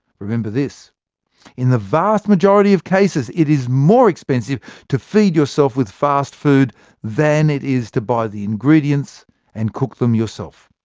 remember this in the vast majority of cases, it is more expensive to feed yourself with fast food than it is to buy the ingredients and cook them yourself.